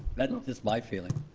that's just my feeling.